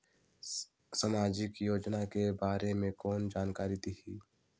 समाजिक योजना के बारे मे कोन जानकारी देही?